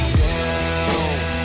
down